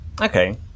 Okay